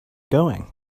going